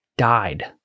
died